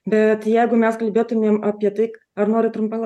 bet jeigu mes kalbėtumėm apie tai ar nori trumpala